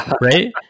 Right